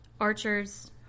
archers